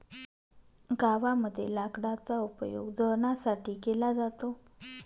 गावामध्ये लाकडाचा उपयोग जळणासाठी केला जातो